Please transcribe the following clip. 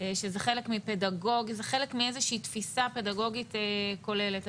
שזה חלק מאיזושהי תפיסה פדגוגית כוללת.